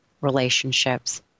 relationships